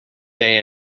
day